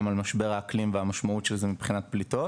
על משבר האקלים ועל המשמעות של זה מבחינת פליטות,